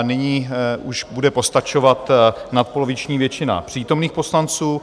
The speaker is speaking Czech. Nyní už bude postačovat nadpoloviční většina přítomných poslanců.